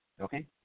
Okay